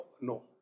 No